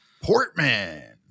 Portman